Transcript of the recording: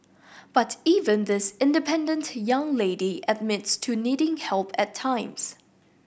but even this independent young lady admits to needing help at times